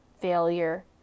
failure